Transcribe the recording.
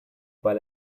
weil